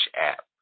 app